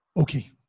Okay